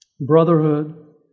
brotherhood